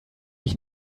ich